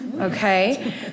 Okay